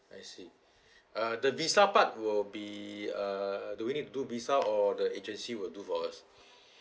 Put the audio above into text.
I see uh the visa part will be uh do we need to do visa or the agency will do for us